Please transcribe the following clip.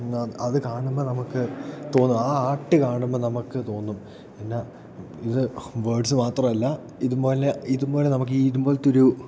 അത് കാണുമ്പോൾ നമുക്ക് തോന്നും ആ ആട്ട് കാണുമ്പോൾ നമുക്ക് തോന്നും പിന്നെ ഇത് വേർഡ്സ് മാത്രമല്ല ഇതുപോലെ ഇതുപോലെ നമുക്ക് ഇതുപോലത്തെ ഒരു